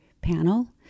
panel